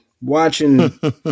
watching